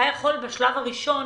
אתה יכול בשלב הראשון